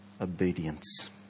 obedience